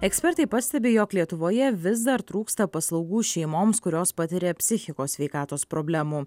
ekspertai pastebi jog lietuvoje vis dar trūksta paslaugų šeimoms kurios patiria psichikos sveikatos problemų